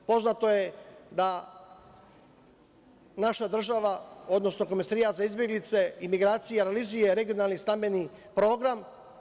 Poznato je da naša država, odnosno Komesarijat za izbeglice i migracije realizuje regionalni stambeni program.